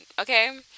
okay